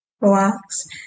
relax